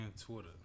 Twitter